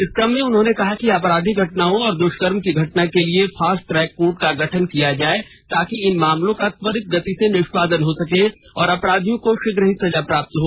इस क्रम में उन्होंने कहा कि आपराधिक घटनाओं और द्ष्कर्म की घटना के लिए फास्ट ट्रैक कोर्ट का गठन किया जाय ताकि इन मामलों का त्वरित गति से निष्पादन हो सके तथा अपराधियों को शीघ्र ही सजा प्राप्त हो